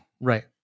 Right